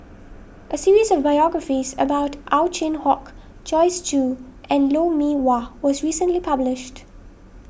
a series of biographies about Ow Chin Hock Joyce Jue and Lou Mee Wah was recently published